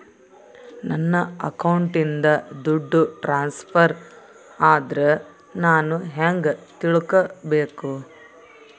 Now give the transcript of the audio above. ನನ್ನ ಅಕೌಂಟಿಂದ ದುಡ್ಡು ಟ್ರಾನ್ಸ್ಫರ್ ಆದ್ರ ನಾನು ಹೆಂಗ ತಿಳಕಬೇಕು?